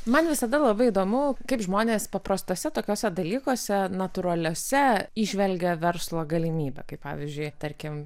man visada labai įdomu kaip žmonės paprastuose tokiuose dalykuose natūraliuose įžvelgia verslo galimybių kaip pavyzdžiui tarkim